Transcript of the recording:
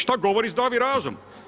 Šta govori zdravi razum?